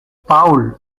paul